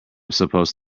supposed